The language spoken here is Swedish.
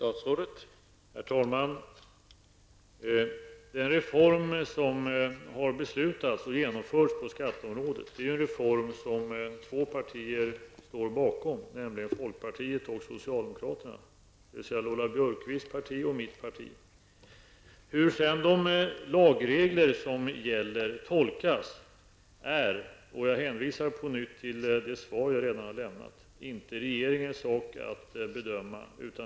Herr talman! Den reform som har beslutats och genomförts på skatteområdet är ju en reform som två partier står bakom, nämligen folkpartiet och socialdemokraterna, dvs. Lola Björkquists parti och mitt parti. Hur sedan de lagregler som gäller tolkas är -- och jag hänvisar på nytt till det svar jag redan har lämnat -- inte regeringens sak att bedöma.